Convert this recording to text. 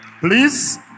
Please